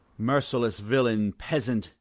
merciless villain, peasant,